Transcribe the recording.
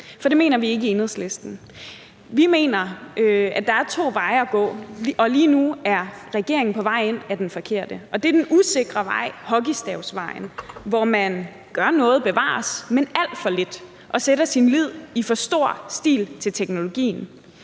for det mener vi ikke i Enhedslisten. Vi mener, at der er to veje at gå, og lige nu er regeringen på vej hen ad den forkerte. Det er den usikre vej, hockeystavsvejen, hvor man gør noget, bevares, men alt for lidt, og sætter sin lid i for stor stil til teknologien.